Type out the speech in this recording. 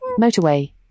motorway